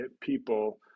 people